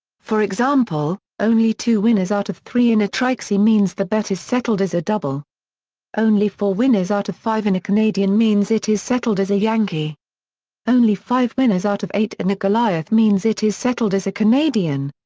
for example, only two winners out of three in a trixie means the bet is settled as a double only four winners out of five in a canadian means it is settled as a yankee only five winners out of eight in a goliath means it is settled as a canadian.